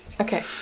Okay